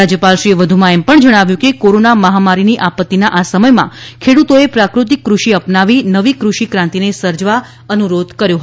રાજ્યપાલશ્રીએ વધુમાં જણાવ્યું કે કોરોના મહામારીની આપત્તિના આ સમયમાં ખેડૂતોએ પ્રાકૃતિક કૃષિ અપનાવી નવી કૃષિક્રાંતિને સર્જવા અનુરોધ કર્યો હતો